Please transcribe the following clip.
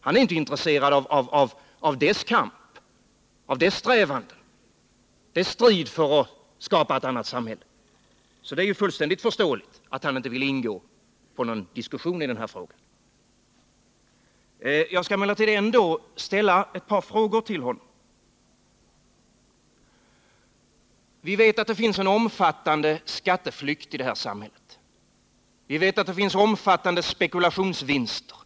Han är inte intresserad av dess kamp, av dess strävan, av dess strid för att skapa ett annat samhälle. Så det är fullständigt förståeligt att han inte vill gå in på någon diskussion i den här frågan. Jag skall emellertid ändå ställa ett par frågor till honom. Vi vet att det förekommer en omfattande skatteflykt i det här samhället. Vi vet att det görs omfattande spekulationsvinster. Bl.